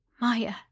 Maya